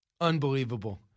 Unbelievable